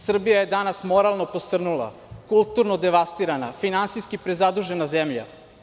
Srbija je danas moralno posrnula, kulturno devastirana, finansijski prezadužena zemlja.